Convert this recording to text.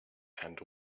and